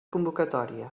convocatòria